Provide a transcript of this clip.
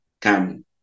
come